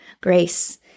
grace